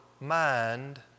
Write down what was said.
mind